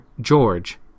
George